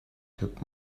took